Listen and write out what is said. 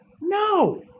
No